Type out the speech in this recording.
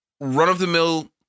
run-of-the-mill